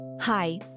Hi